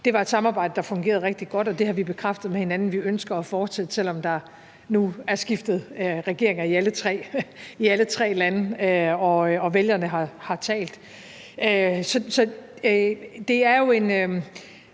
Det var et samarbejde, der fungerede rigtig godt, og det har vi bekræftet med hinanden at vi ønsker at fortsætte, selv om der nu er skiftet regeringer i alle tre lande og vælgerne har talt.